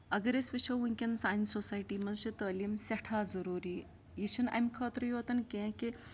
اگر أسۍ وٕچھو وٕنۍکٮ۪ن سانہِ سوسایٹی منٛز چھِ تٲلیٖم سٮ۪ٹھاہ ضٔروٗری یہِ چھِنہٕ اَمہِ خٲطرٕ یوتَن کیٚنٛہہ کہِ